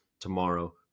tomorrow